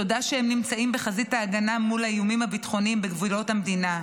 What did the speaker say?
תודה על שהם נמצאים בחזית ההגנה מול האיומים הביטחוניים בגבולות המדינה,